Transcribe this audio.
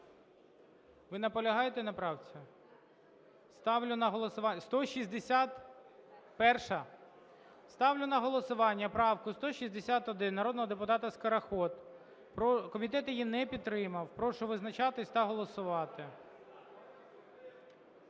Наполягаєте? Шановні колеги, ставлю на голосування правку номер 66 народного депутата Скороход. Комітет її не підтримав. Прошу визначатись та голосувати.